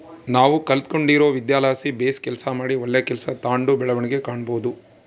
ನಾವು ಕಲಿತ್ಗಂಡಿರೊ ವಿದ್ಯೆಲಾಸಿ ಬೇಸು ಕೆಲಸ ಮಾಡಿ ಒಳ್ಳೆ ಕೆಲ್ಸ ತಾಂಡು ಬೆಳವಣಿಗೆ ಕಾಣಬೋದು